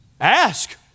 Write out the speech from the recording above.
ask